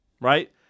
right